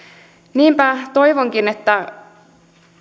niinpä toivonkin että